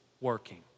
working